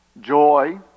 joy